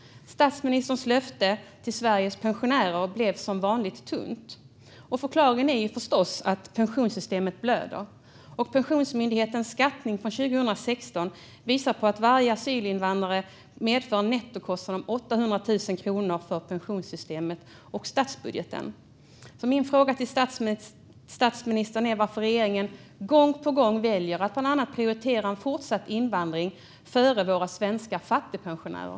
Statsministerns löfte till Sveriges pensionärer blev som vanligt tunt. Förklaringen är förstås att pensionssystemet blöder. Pensionsmyndighetens skattning från 2016 visar på att varje asylinvandrare medför en nettokostnad om 800 000 kronor för pensionssystemet och statsbudgeten. Min fråga till statsministern är varför regeringen gång på gång väljer att bland annat prioritera en fortsatt invandring före våra svenska fattigpensionärer.